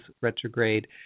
retrograde